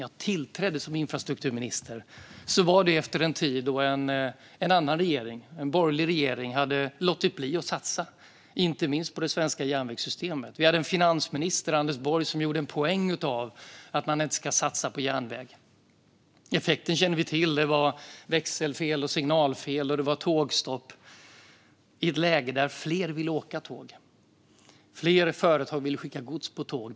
Jag tillträdde som infrastrukturminister efter en tid då en annan regering, en borgerlig regering, hade låtit bli att satsa, inte minst på det svenska järnvägssystemet. Vi hade en finansminister, Anders Borg, som gjorde en poäng av att man inte skulle satsa på järnväg. Effekten känner vi till. Det var växelfel, signalfel och tågstopp i ett läge där fler ville åka tåg. Fler företag ville skicka gods på tåg.